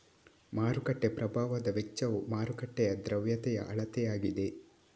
ಮಾರುಕಟ್ಟೆ ಪ್ರಭಾವದ ವೆಚ್ಚವು ಮಾರುಕಟ್ಟೆಯ ದ್ರವ್ಯತೆಯ ಅಳತೆಯಾಗಿದೆ